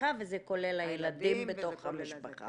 המשפחה וזה כולל את הילדים בתוך המשפחה.